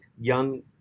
young